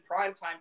primetime